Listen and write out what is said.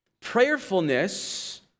Prayerfulness